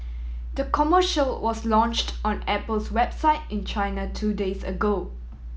the commercial was launched on Apple's website in China two days ago